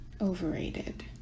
overrated